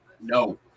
no